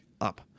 up